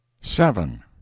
seven